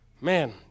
Man